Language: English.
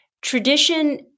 tradition